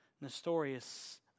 Nestorius